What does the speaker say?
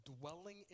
dwelling